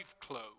clothes